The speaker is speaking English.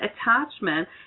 attachment